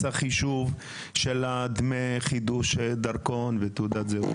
החישוב של דמי חידוש הדרכון ותעודת הזהות.